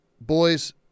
Boys